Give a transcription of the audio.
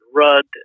rud